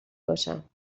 باشم